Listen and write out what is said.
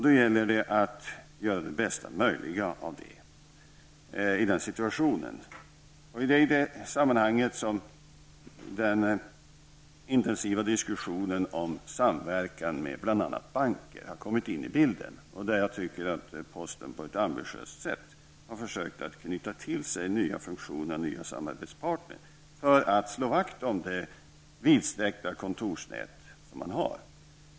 Det gäller att göra det bästa möjliga av det i den situationen. Det är i det sammanhanget som den intensiva diskussionen om samverkan med banker har kommit in i bilden. Jag tycker att posten på ett ambitiöst sätt har försökt att knyta till sig nya funktioner och nya samarbetspartner. Det är för att slå vakt om det vidsträckta kontorsnät som finns.